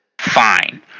fine